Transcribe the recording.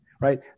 right